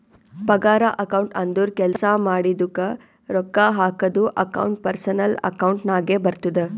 ಪಗಾರ ಅಕೌಂಟ್ ಅಂದುರ್ ಕೆಲ್ಸಾ ಮಾಡಿದುಕ ರೊಕ್ಕಾ ಹಾಕದ್ದು ಅಕೌಂಟ್ ಪರ್ಸನಲ್ ಅಕೌಂಟ್ ನಾಗೆ ಬರ್ತುದ